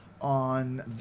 on